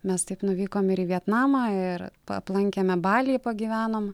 mes taip nuvykom ir į vietnamą ir aplankėme balį pagyvenom